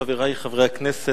חברי חברי הכנסת,